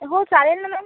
हो चालेल ना मॅम